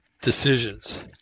decisions